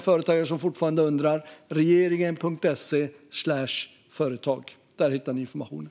Företagare som fortfarande undrar, gå in på regeringen.se/företag! Där hittar ni informationen.